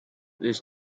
this